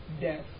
death